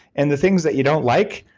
and the things that you don't like,